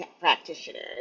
practitioners